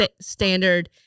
standard